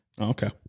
Okay